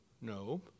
no